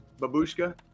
Babushka